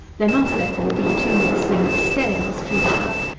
there must, therefore, be two distinct scales treated of.